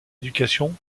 éducation